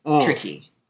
Tricky